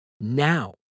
Now